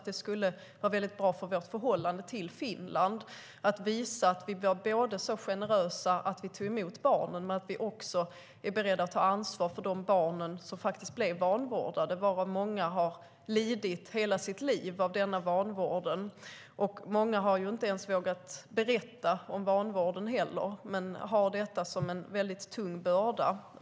Det skulle vara väldigt bra för vårt förhållande till Finland att visa att vi var generösa när vi tog emot barnen men också att vi är beredda att ta vårt ansvar för de barn som blev vanvårdade. Många har lidit hela sitt liv av denna vanvård. Många har inte ens vågat berätta om vanvården men har haft detta som en väldigt tung börda.